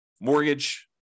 mortgage